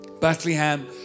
Bethlehem